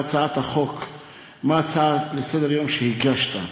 מה ההצעה לסדר-יום שהגשת.